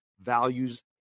values